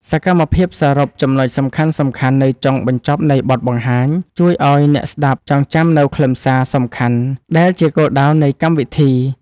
សកម្មភាពសរុបចំណុចសំខាន់ៗនៅចុងបញ្ចប់នៃបទបង្ហាញ ជួយឱ្យអ្នកស្ដាប់ចងចាំនូវខ្លឹមសារសំខាន់ដែលជាគោលដៅនៃកម្មវិធី។